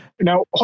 now